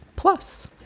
Plus